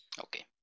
Okay